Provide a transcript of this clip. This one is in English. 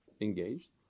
engaged